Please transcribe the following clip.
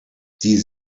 die